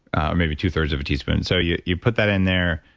ah maybe two thirds of a teaspoon. so, you you put that in there,